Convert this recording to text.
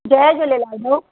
जय झूलेलाल भाऊ